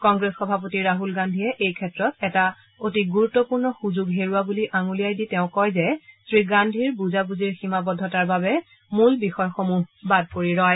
কংগ্ৰেছ সভাপতি ৰাছল গান্ধীয়ে এই ক্ষেত্ৰত এটা অতি গুৰুত্পূৰ্ণ সুযোগ হেৰুওৱা বুলি আঙুলিয়াই দি তেওঁ কয় যে শ্ৰীগান্ধীৰ বুজাবুজিৰ সীমাবদ্ধতাৰ বাবে মূল বিষয়সমূহ বাদ পৰি ৰয়